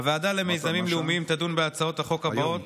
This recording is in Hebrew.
הוועדה למיזמים לאומיים תדון בהצעות החוק הבאות: